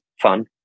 fun